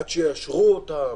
עד שיאשרו אותן.